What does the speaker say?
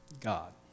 God